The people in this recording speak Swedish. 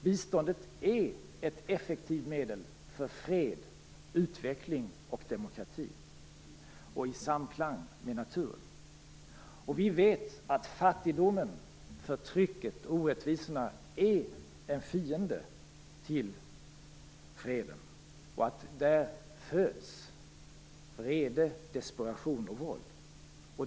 Biståndet är ett effektivt medel för fred, utveckling och demokrati i samklang med naturen. Vi vet att fattigdomen, förtrycket och orättvisorna är en fiende till freden. Där föds vrede, desperation och våld.